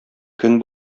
көн